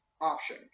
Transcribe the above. option